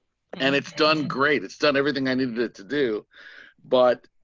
and it's done great it's done everything i needed it to do but